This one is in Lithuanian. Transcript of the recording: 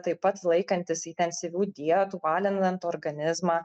taip pat laikantis intensyvių dietų alinant organizmą